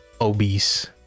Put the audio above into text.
obese